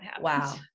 Wow